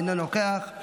אינו נוכח,